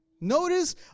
Notice